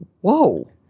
Whoa